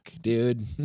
dude